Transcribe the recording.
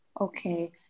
Okay